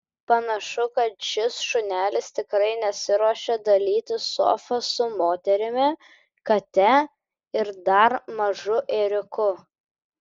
panašu kad šis šunelis tikrai nesiruošia dalytis sofa su moterimi kate ir dar mažu ėriuku